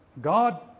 God